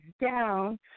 down